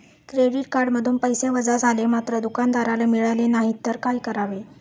Credit कार्डमधून पैसे वजा झाले मात्र दुकानदाराला मिळाले नाहीत तर काय करावे?